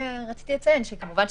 רציתי לציין שכמובן,